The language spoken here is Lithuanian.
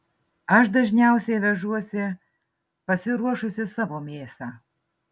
aš dažniausiai vežuosi pasiruošusi savo mėsą